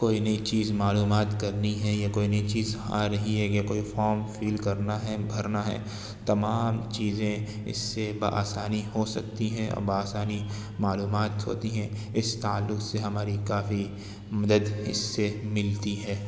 کوئی نئی چیز معلومات کرنی ہے یا کوئی نئی چیز آ رہی ہے یا کوئی فارم فل کرنا ہے بھرنا ہے تمام چیزیں اس سے بآسانی ہو سکتی ہیں بآسانی معلومات ہوتی ہیں اس تعلق سے ہماری کافی مدد اس سے ملتی ہے